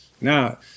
Now